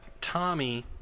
Tommy